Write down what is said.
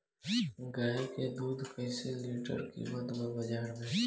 गाय के दूध कइसे लीटर कीमत बा बाज़ार मे?